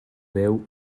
veu